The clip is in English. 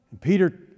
Peter